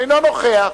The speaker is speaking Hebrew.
אינו נוכח.